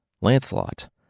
Lancelot